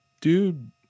dude